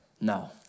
No